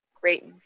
Great